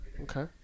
Okay